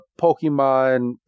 Pokemon